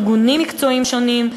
ארגונים מקצועיים שונים,